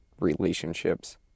relationships